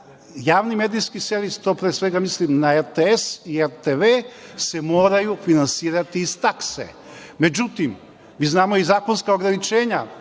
Javni medijski servis, to pre svega mislim na RTS i RTV, se moraju finansirati iz takse.Međutim, mi znamo i zakonska ograničenja,